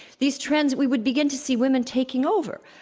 these trends we would begin to see women taking over,